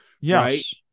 Yes